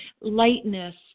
lightness